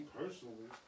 personally